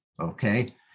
Okay